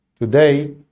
Today